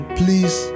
please